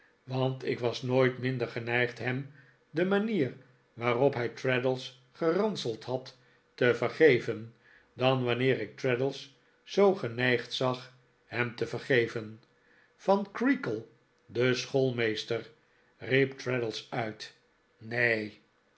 want ik was nooit minder geneigd hem de manier waarop hij traddles geranseld had te vergeven dan wanneer ik traddles zoo geneigd zag hem te vergeven van creakle den schoolmeester riep traddles uit neen